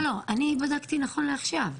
לא, לא, אני בדקתי נכון לעכשיו.